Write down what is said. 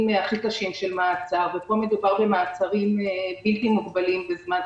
הכי קשים של מעצר ופה מדובר במעצרים בלתי מוגבלים בזמן.